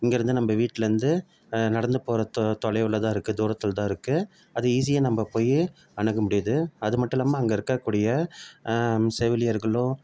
இங்கேருந்து நம்ம வீட்லருந்து நடந்து போகிற தொ தொலைவில் தான் இருக்குது தூரத்தில்தான் இருக்குது அது ஈஸியாக நம்ம போய் அணுக முடியுது அது மட்டும் இல்லாமல் அங்கே இருக்கக்கூடிய செவிலியர்களும்